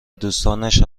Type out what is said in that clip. دوستانش